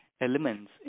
elements